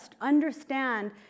understand